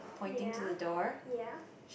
ya ya